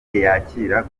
yakira